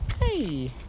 Hey